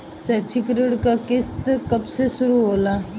शैक्षिक ऋण क किस्त कब से शुरू होला?